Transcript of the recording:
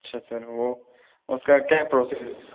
اچھا سر وہ اس کا کیا پروسس ہے سر